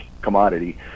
commodity